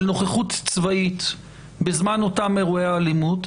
נוכחות צבאית בזמן אותם אירועי אלימות,